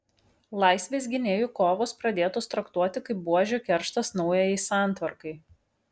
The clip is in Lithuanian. laisvės gynėjų kovos pradėtos traktuoti kaip buožių kerštas naujajai santvarkai